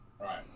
Right